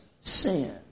sin